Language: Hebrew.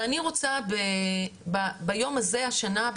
ואני רוצה ביום הזה השנה,